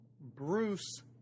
Bruce